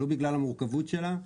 ולו בגלל המורכבות שלה.